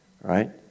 right